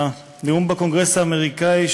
הנאום בקונגרס האמריקני,